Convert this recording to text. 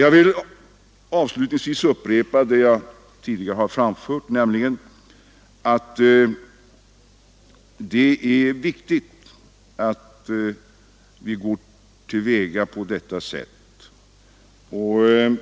Jag vill avslutningsvis upprepa det jag tidigare har framfört, nämligen att det är viktigt att vi går till väga på detta sätt.